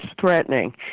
threatening